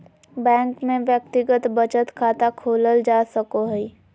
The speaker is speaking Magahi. बैंक में व्यक्तिगत बचत खाता खोलल जा सको हइ